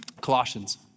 Colossians